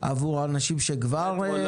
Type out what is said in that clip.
עבור האנשים שכבר?